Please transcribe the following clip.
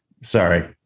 Sorry